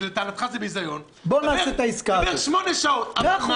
שלדעתך זה ביזיון -- בוא נעשה את העסקה הזאת.